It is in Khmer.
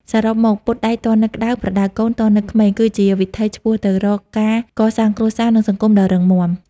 សរុបមក «ពត់ដែកទាន់នៅក្ដៅ ប្រដៅកូនទាន់នៅក្មេង» គឺជាវិថីឆ្ពោះទៅរកការកសាងគ្រួសារ និងសង្គមដ៏រឹងមាំ។